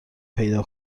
پیدا